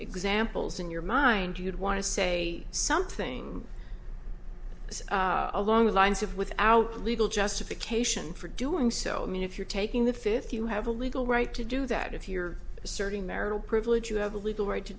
examples in your mind you'd want to say something along the lines of without a legal justification for doing so i mean if you're taking the fifth you have a legal right to do that if you're asserting marital privilege you have a legal right to